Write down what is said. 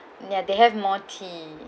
ya they have more tea